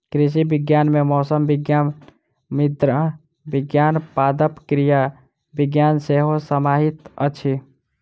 कृषि विज्ञान मे मौसम विज्ञान, मृदा विज्ञान, पादप क्रिया विज्ञान सेहो समाहित अछि